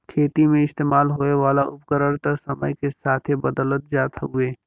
खेती मे इस्तेमाल होए वाला उपकरण त समय के साथे बदलत जात हउवे